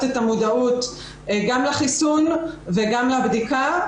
את המודעות גם לחיסון וגם לבדיקה.